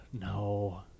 No